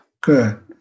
Good